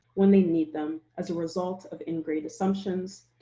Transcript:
when they need them, as a result of ingrained assumptions,